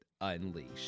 Unleashed